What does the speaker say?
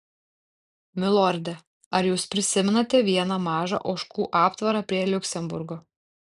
milorde ar jūs prisimenate vieną mažą ožkų aptvarą prie liuksemburgo